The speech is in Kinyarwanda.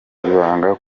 ibanga